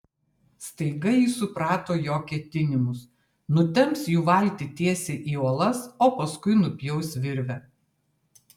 staiga ji suprato jo ketinimus nutemps jų valtį tiesiai į uolas o paskui nupjaus virvę